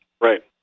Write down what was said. Right